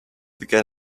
began